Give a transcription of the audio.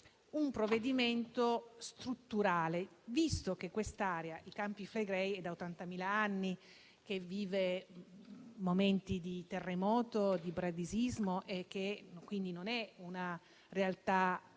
un provvedimento strutturale, visto che l'area dei Campi Flegrei è da 80.000 anni che vive momenti di terremoto e di bradisismo, per cui non è una realtà